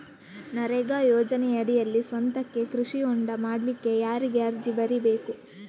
ನರೇಗಾ ಯೋಜನೆಯಡಿಯಲ್ಲಿ ಸ್ವಂತಕ್ಕೆ ಕೃಷಿ ಹೊಂಡ ಮಾಡ್ಲಿಕ್ಕೆ ಯಾರಿಗೆ ಅರ್ಜಿ ಬರಿಬೇಕು?